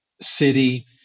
city